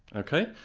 and ok?